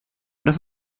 oder